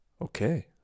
Okay